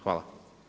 Hvala.